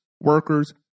workers